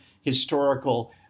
historical